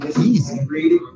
easy